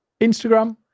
Instagram